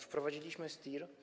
Wprowadziliśmy STIR.